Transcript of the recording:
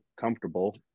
comfortable